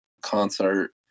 concert